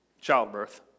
childbirth